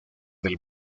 del